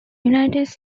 united